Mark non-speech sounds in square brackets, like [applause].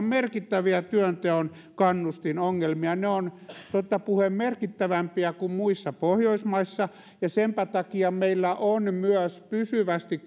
[unintelligible] merkittäviä työnteon kannustinongelmia ne ovat totta puhuen merkittävämpiä kuin muissa pohjoismaissa ja senpä takia meillä on myös pysyvästi [unintelligible]